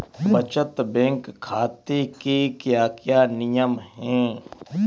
बचत बैंक खाते के क्या क्या नियम हैं?